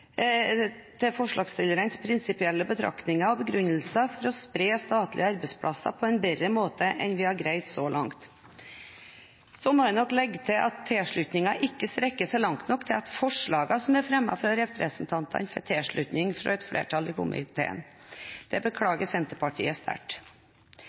til forslagsstillernes prinsipielle betraktninger og begrunnelser for å spre statlige arbeidsplasser på en bedre måte enn vi har greid så langt. Så må jeg nok legge til at tilslutningen ikke strekker seg langt nok til at forslaget som er fremmet av representantene, får tilslutning fra et flertall i komiteen. Det